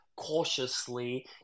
cautiously